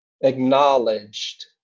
acknowledged